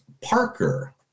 Parker